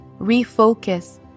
refocus